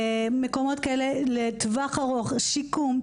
מקומות לטווח ארוך עם שיקום,